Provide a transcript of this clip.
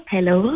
Hello